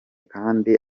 kandi